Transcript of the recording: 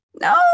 No